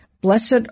Blessed